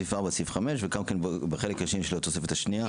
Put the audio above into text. סעיף 4 וסעיף 5 וגם בחלק השני של התוספת השנייה,